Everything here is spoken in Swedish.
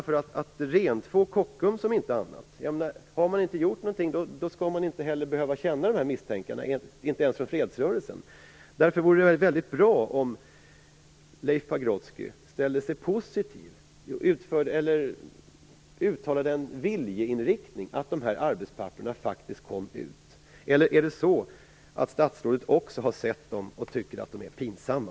För att rentvå Kockums, om inte annat - har man inte gjort någonting skall man inte heller behöva känna av de här misstankarna, inte ens från fredsrörelsen - vore det väldigt bra om Leif Pagrotsky uttalade en viljeinriktning om att de här arbetspapperna faktiskt kom ut. Eller är det så att också statsrådet har sett dem och tycker att de är pinsamma?